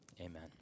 Amen